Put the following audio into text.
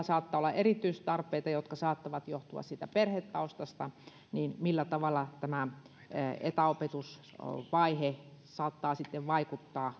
saattaa olla erityistarpeita jotka saattavat johtua siitä perhetaustasta oppipolkuun tämä etäopetusvaihe saattaa sitten vaikuttaa